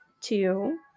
Two